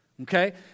Okay